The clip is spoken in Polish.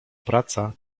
praca